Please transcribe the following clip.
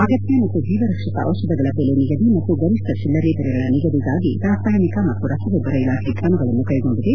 ಅಗತ್ಯ ಮತ್ತು ಜೀವ ರಕ್ಷಕ ಡಿಷಧಗಳ ಬೆಲೆ ನಿಗದಿ ಮತ್ತು ಗರಿಷ್ಠ ಚಿಲ್ಲರೆ ಬೆಲೆಗಳ ನಿಗದಿಗಾಗಿ ರಾಸಾಯಾನಿಕ ಮತ್ತು ರಸಗೊಬ್ಬರ ಇಲಾಖೆ ಕ್ರಮಗಳನ್ನು ಕೈಗೊಂಡಿದೆ